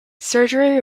surgery